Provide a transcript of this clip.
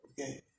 okay